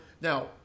now